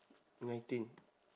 nineteen